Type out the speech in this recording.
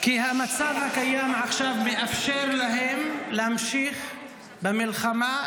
כי המצב הקיים עכשיו מאפשר להם להמשיך במלחמה,